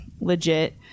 legit